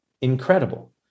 incredible